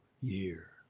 year